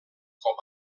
com